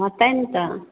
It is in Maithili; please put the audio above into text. हँ तैॅं ने तऽ